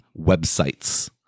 websites